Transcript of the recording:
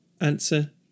Answer